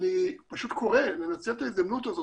אני פשוט קורא לנצל את ההזדמנות הזאת,